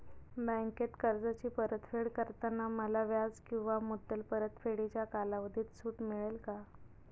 बँकेत कर्जाची परतफेड करताना मला व्याज किंवा मुद्दल परतफेडीच्या कालावधीत सूट मिळेल का?